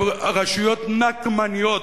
הן רשויות נקמניות,